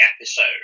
episode